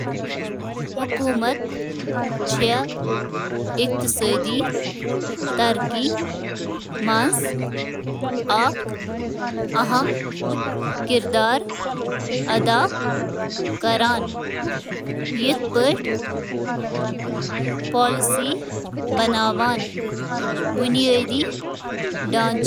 حکومتن ہُنٛد مقصد چھُ مُلکَس منٛز اقتصٲدی سرگرمیَن ہٕنٛز رفتار ہٕنٛز رہنُمٲیی تہٕ ہدایت دِنۍ۔ اتھ چھِ مستحکم ترقی، زیادٕ روزگار، تہٕ قۭمتَس منٛز استحکامَس